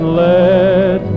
let